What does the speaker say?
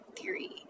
theory